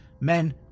men